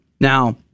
Now